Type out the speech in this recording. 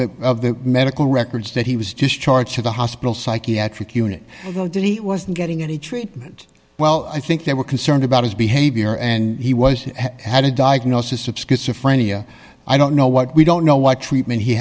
the of the medical records that he was just charged to the hospital psychiatric unit know that he wasn't getting any treatment well i think they were concerned about his behavior and he was had a diagnosis of schizophrenia i don't know what we don't know what treatment he